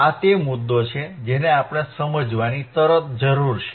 આ તે મુદ્દો છે જેને આપણે સમજવાની તરત જરૂર છે